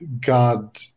God